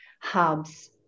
hubs